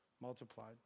multiplied